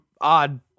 odd